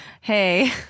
Hey